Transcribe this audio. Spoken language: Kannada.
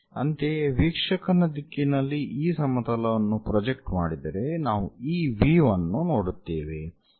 ಅಂತೆಯೇ ವೀಕ್ಷಕನ ದಿಕ್ಕಿನಲ್ಲಿ ಈ ಸಮತಲವನ್ನು ಪ್ರೊಜೆಕ್ಟ್ ಮಾಡಿದರೆ ನಾವು ಈ ವ್ಯೂ ಅನ್ನು ನೋಡುತ್ತೇವೆ